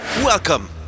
Welcome